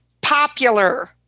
popular